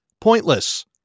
pointless